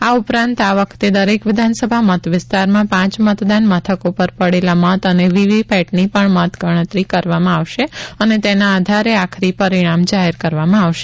આ ઉપરાંત આ વખતે દરેક વિધાનસભા મતવિસ્તારમાં પાંચ મતદાન મથકો પર પડેલા મત અને વીવીપેટની પણ ગણતરી કરવામાં આવશે અને તેના આધારે આખરી પરિણામ જાહેર કરવામાં આવશે